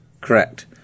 Correct